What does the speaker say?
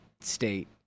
state